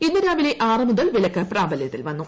ഇന്ന് രാവിലെ ആറ് മുതൽ വിലക്ക് പ്രാബല്യത്തിൽ വന്നു